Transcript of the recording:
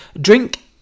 drink